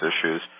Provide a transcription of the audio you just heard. issues